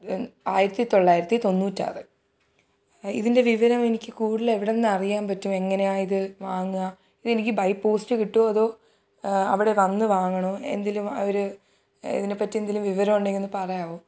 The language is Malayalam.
ആയിരത്തി തൊള്ളായിരത്തി തൊണ്ണൂറ്റിയാറ് ഇതിൻ്റെ വിവരം എനിക്ക് കൂടുതൽ എവിടുന്ന് അറിയാൻ പറ്റും എങ്ങനെയാ ഇത് വാങ്ങുക ഇതെനിക്ക് ബൈ പോസ്റ്റ് കിറ്റുമോ അതോ അവിടെ വന്ന് വാങ്ങണോ എന്തെങ്കിലും അവർ ഇതിനെപ്പറ്റി എന്തെങ്കിലും വിവരം ഉണ്ടെങ്കിൽ ഒന്ന് പറയാമോ